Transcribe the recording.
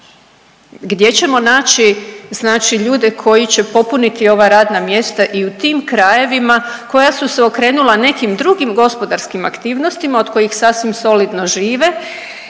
Gdje ćemo naći znači ljude koji će popuniti ova radna mjesta i u tim krajevima koja su se okrenula nekim drugim gospodarskim aktivnostima od kojih sasvim solidno žive?